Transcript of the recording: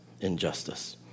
injustice